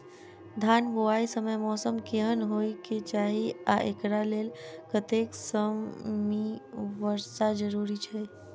धान बुआई समय मौसम केहन होइ केँ चाहि आ एकरा लेल कतेक सँ मी वर्षा जरूरी छै?